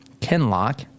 Kenlock